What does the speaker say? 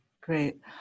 great